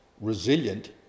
resilient